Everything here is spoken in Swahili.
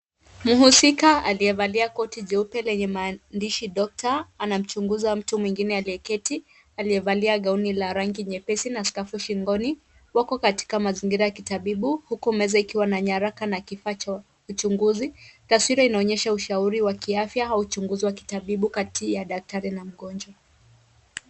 Muhusika aliyevalia koti jeupe lenye maandishi doctor anamchuguza mtu mwingine aliyeketi aliyevalia gauni la rangi nyepesi na scafu shingoni wako katika mazingira ya kitabibu huku meza ikiwa na nyaraka na kifaa cha uchuguzi, taswira inaonyesha ushauri wakiafya au uchuguzi wa kitabibu kati ya daktari na mgonjwa.